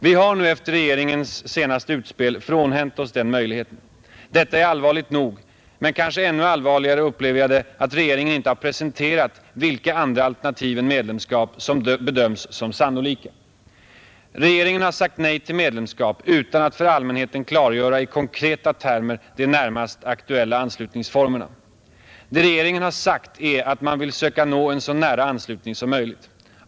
Vi har nu efter regeringens senaste utspel frånhänt oss den möjligheten. Detta är allvarligt nog, men kanske ännu allvarligare upplever jag det att regeringen inte har presenterat vilka andra alternativ än medlemskap som bedöms som sannolika. Regeringen har sagt nej till medlemskap utan att för allmänheten klargöra i konkreta termer de närmast aktuella anslutningsformerna. Det regeringen har sagt är att ”man vill söka nå en så nära anslutning som möjligt”.